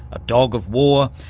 a dog of war,